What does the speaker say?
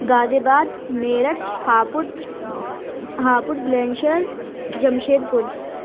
غازی آباد میرٹھ ہاپوٹ ہاپوڑ بلند شہر جمشید پور